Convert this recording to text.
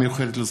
13,